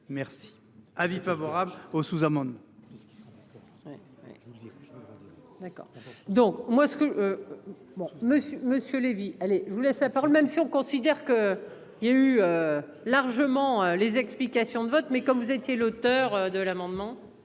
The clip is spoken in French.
Merci. Avis favorable au sous-amendement.